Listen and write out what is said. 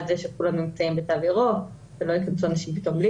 זה שכולם נמצאים בתו ירוק ולא ייכנסו פתאום אנשים